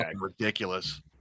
ridiculous